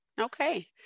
Okay